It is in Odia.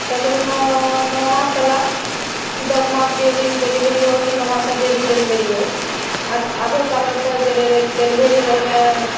ତେଥରୁଁ ନ ନଅ ମାସ୍ ହେଲା କି ଦଶ୍ ମାସ୍ ଯିଏ ଭି ଡେଲିଭରି ହଉ କି ନଅ ମାସେ ଯିଏ ଭି ଡେଲିଭରି ହେଉ ଆଜକେ ଆଗେର୍ କାଲେ ତ ଡେଲିଭରି ରହେଲେ